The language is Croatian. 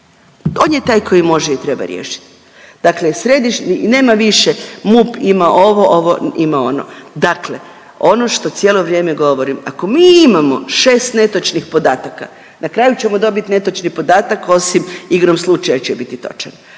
On je taj koji može i treba riješiti. Dakle, središnji, nema više MUP ima ovo, ovo ima ono. Dakle, ono što cijelo vrijeme govorim, ako mi imamo 6 netočnih podataka na kraju ćemo dobiti netočni podatak osim igrom slučaja će biti točan.